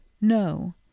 no